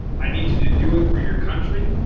i need you to do it for your country.